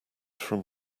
from